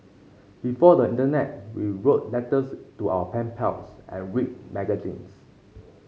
before the internet we wrote letters to our pen pals and read magazines